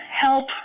help